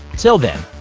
till then,